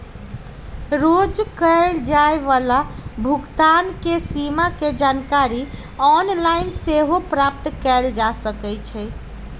रोज कये जाय वला भुगतान के सीमा के जानकारी ऑनलाइन सेहो प्राप्त कएल जा सकइ छै